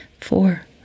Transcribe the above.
four